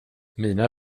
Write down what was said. mina